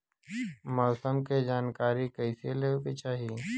मौसम के जानकारी कईसे लेवे के चाही?